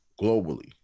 globally